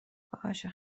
باشه